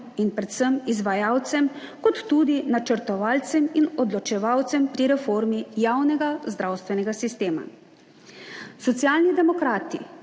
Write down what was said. in predvsem izvajalcem kot tudi načrtovalcem in odločevalcem pri reformi javnega zdravstvenega sistema. Socialni demokrati